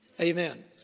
Amen